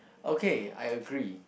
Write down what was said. okay I agree